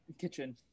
kitchen